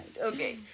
Okay